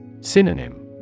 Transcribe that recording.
Synonym